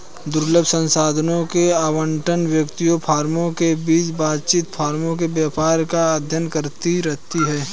दुर्लभ संसाधनों के आवंटन, व्यक्तियों, फर्मों के बीच बातचीत, फर्मों के व्यवहार का अध्ययन करती है